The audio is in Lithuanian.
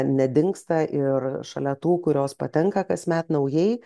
nedingsta ir šalia tų kurios patenka kasmet naujai